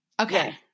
Okay